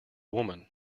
woman